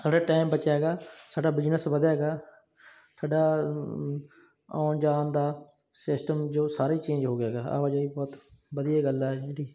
ਸਾਡਾ ਟਾਇਮ ਬਚਿਆ ਗਾ ਸਾਡਾ ਬਿਜ਼ਨਸ ਵਧਿਆ ਗਾ ਸਾਡਾ ਆਉਣ ਜਾਣ ਦਾ ਸਿਸਟਮ ਜੋ ਸਾਰਾ ਹੀ ਚੇਂਜ ਹੋ ਗਿਆ ਗਾ ਆਵਾਜਾਈ ਬਹੁਤ ਵਧੀਆ ਗੱਲ ਹੈ